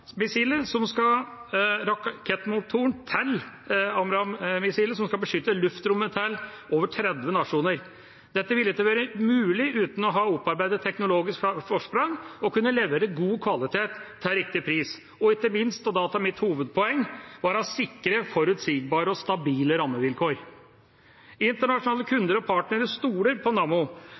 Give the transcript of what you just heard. som skal beskytte luftrommet til over 30 nasjoner. Dette ville ikke vært mulig uten å ha opparbeidet teknologisk forsprang – og kunne levere god kvalitet til riktig pris, og ikke minst, og da til mitt hovedpoeng, være sikret forutsigbare og stabile rammevilkår. Internasjonale kunder og partnere stoler på